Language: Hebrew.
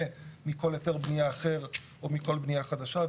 מכל היתר בנייה אחר או מכל בנייה חדשה.